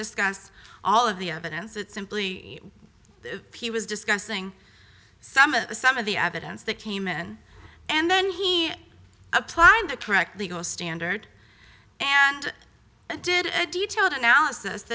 discuss all of the evidence that simply he was discussing some of the some of the evidence that came in and then he applied the correct legal standard and did it detailed analysis